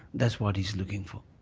that's what he's looking for.